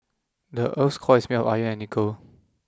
the earth's core is made of iron and nickel